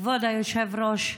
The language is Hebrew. כבוד היושב-ראש,